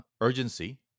urgency